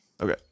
okay